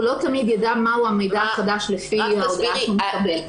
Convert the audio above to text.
הוא לא תמיד ידע מהו המידע החדש לפי ההודעה שהוא מקבל.